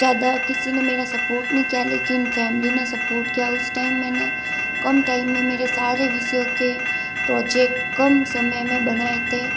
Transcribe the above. ज़्यादा किसी ने मेरा सपोर्ट नहीं किया लेकिन फैमिली ने सपोर्ट किया उस टाइम मैंने कम टाइम में मेरे सारे विषयों के प्रोजेक्ट कम समय में बनाए थे